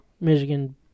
Michigan